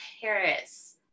Paris